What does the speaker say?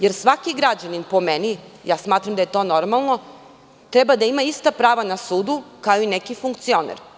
Jer, svaki građanin po meni, smatram da je to normalno treba da ista prava na sudu kao i neki funkcioner.